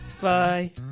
bye